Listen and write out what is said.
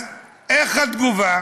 אז מה הייתה התגובה?